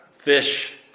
Fish